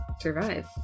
survive